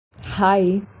Hi